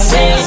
Say